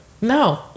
No